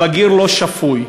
הבגיר לא שפוי.